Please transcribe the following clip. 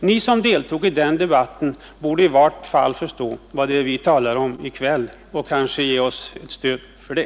Ni som deltog i fjolårsdebatten borde i varje fall förstå vad vi talar om i kväll och ger oss kanske stöd för det.